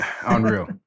Unreal